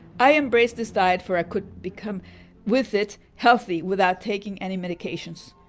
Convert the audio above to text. i embraced this diet for i couldn't become with it healthy without taking any medications.